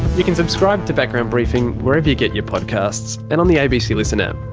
you can subscribe to background briefing wherever you get your podcasts, and on the abc listen app.